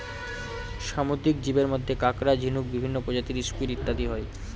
সামুদ্রিক জীবের মধ্যে কাঁকড়া, ঝিনুক, বিভিন্ন প্রজাতির স্কুইড ইত্যাদি হয়